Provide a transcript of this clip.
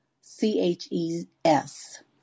C-H-E-S